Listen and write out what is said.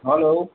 hello